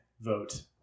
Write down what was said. vote